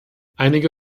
einige